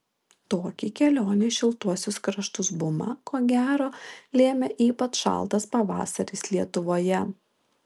tokį kelionių į šiltuosius kraštus bumą ko gero lėmė ypač šaltas pavasaris lietuvoje